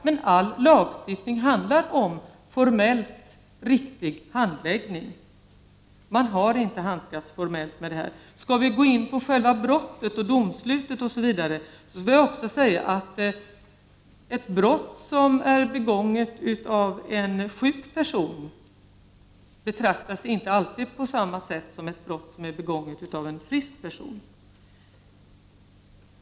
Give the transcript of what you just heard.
Men all lagstiftning handlar om formellt riktig handläggning. Man har inte handskats formellt riktigt med denna sak. Skall vi gå in på själva brottet, domslutet osv. skulle jag också vilja säga att ett brott som är begånget av en sjuk person inte alltid betraktas på samma sätt som ett brott som är begånget av en frisk person.